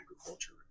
agriculture